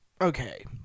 Okay